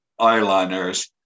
eyeliners